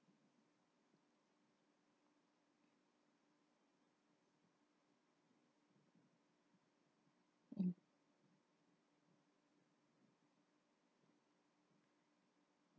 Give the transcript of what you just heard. mm